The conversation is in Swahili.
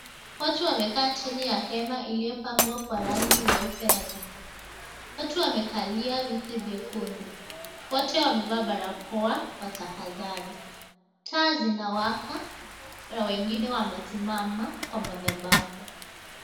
Watu wamekaa chini ya hema iliyopambwa kwa rangi nyeupe na nyekundu. Watu wamekalia viti vyekundu. Kwote wamekaa barakoa wa tahadhari. Taa zinawaka na wengine wamesimama kwa mathabaho.